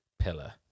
pillar